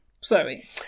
sorry